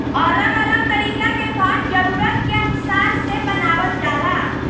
अलग अलग तरीका के फंड जरूरत के अनुसार से बनावल जाला